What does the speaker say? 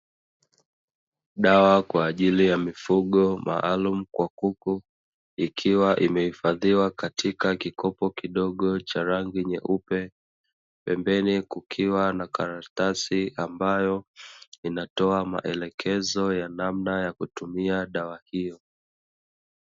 Dawa kwa ajili ya mifugo malumu kwa kuku, ikiwa imehifadhiwa katika kikopo kidogo cha rangi nyeupe. Pembeni kukiwa na karatasi ambayo inatoa maelekezo ya namna ya kutumia dawa hiyo.